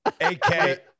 AK